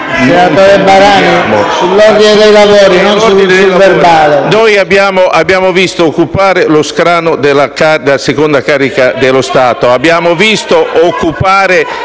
Abbiamo visto occupare lo scranno della seconda carica dello Stato.